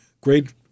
Great